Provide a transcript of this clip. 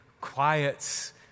quiets